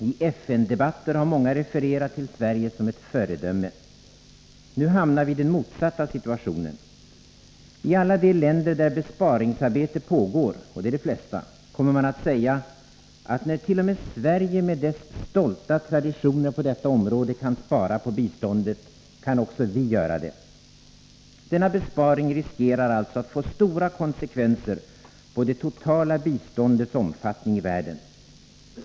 I FN-debatter har många refererat till Sverige som ett föredöme. Nu hamnar vi i den motsatta situationen. I alla de länder där besparingsarbete pågår, och det är de flesta, kommer man att säga, att närt.o.m. Sverige med dess stolta traditioner på detta område kan spara på biståndet, kan också vi göra det. Denna besparing riskerar alltså att få stora konsekvenser när det gäller det totala biståndets omfattning i världen.